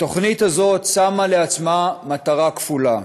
התוכנית הזאת שמה לעצמה מטרה כפולה: